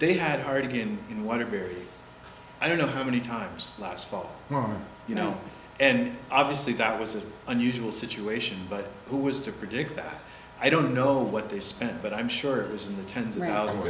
they had hardin in one a very i don't know how many times last fall you know and obviously that was an unusual situation but who was to predict that i don't know what they spent but i'm sure it was in the tens of thousands